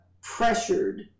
pressured